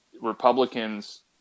Republicans